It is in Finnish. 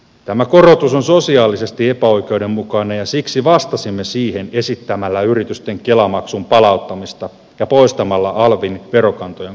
tämä korotus on sosiaalisesti epäoikeudenmukainen ja siksi vastasimme siihen esittämällä yritysten kela maksun palauttamista ja poistamalla alvin verokantojen korotuksen